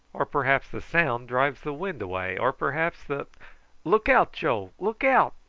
or perhaps the sound drives the wind away, or perhaps the look out, joe, look out!